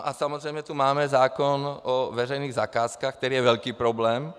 A samozřejmě tu máme zákon o veřejných zakázkách, který je velkým problémem.